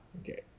Okay